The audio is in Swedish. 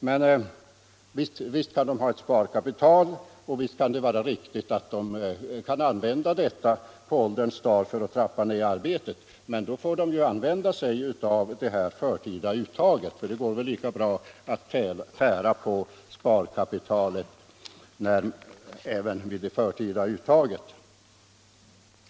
Ja, visst kan de ha ett sparkapital och visst kan det vara riktigt att de använder detta på ålderns dagar för att trappa ner arbetet, men då går det väl lika bra att tära på sparkapitalet vid ett förtida uttag.